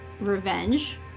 revenge